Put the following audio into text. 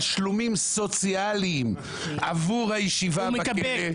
תשלומים סוציאליים עבור הישיבה בכלא.